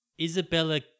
Isabella